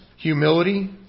Humility